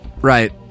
right